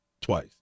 twice